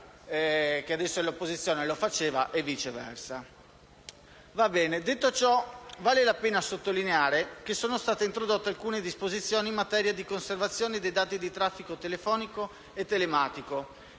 e oggi è all'opposizione faceva la stessa cosa, e viceversa. Detto ciò, vale la pena sottolineare che sono state introdotte alcune disposizioni in materia di conservazione dei dati di traffico telefonico e telematico,